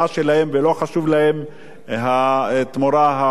ולא חשובה להם התמורה החומרית.